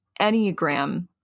Enneagram